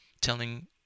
telling